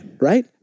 right